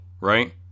right